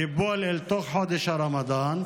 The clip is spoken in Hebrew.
ייפול אל תוך חודש רמדאן,